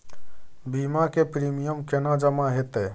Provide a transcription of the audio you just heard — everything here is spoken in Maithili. बीमा के प्रीमियम केना जमा हेते?